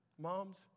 moms